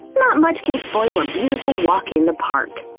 not much can spoil a beautiful walk in the park,